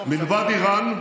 איראן,